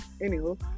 anywho